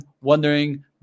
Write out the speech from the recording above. wondering